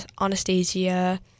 Anastasia